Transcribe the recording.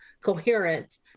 coherent